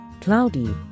Cloudy